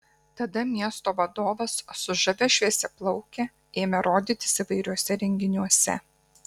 tada miesto vadovas su žavia šviesiaplauke ėmė rodytis įvairiuose renginiuose